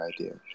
idea